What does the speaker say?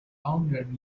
founded